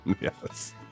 Yes